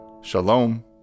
Shalom